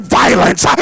violence